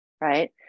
right